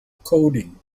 coding